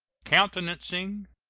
countenancing,